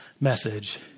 message